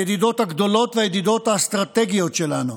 הידידות הגדולות והידידות האסטרטגיות שלנו.